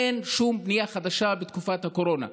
אין שום בנייה חדשה בתקופת הקורונה,